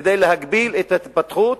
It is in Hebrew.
כדי להגביל את ההתפתחות